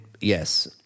yes